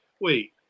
wait